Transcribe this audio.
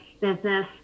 business